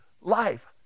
life